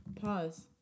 Pause